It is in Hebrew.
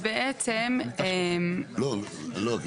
הלאה.